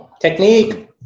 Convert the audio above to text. Technique